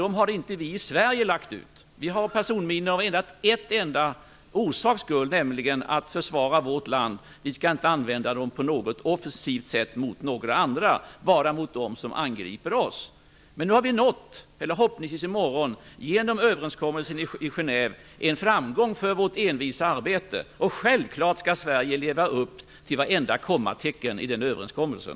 Dessa har inte vi i Sverige lagt ut. Vi har personminor av en enda orsak, nämligen att försvara vårt land. Vi skall inte använda dem på något offensivt sätt mot några andra utan bara mot dem som angriper oss. Men förhoppningsvis når vi i morgon, genom överenskommelsen i Genève, en framgång för vårt envisa arbete. Självfallet skall Sverige leva upp till varenda kommatecken i den överenskommelsen.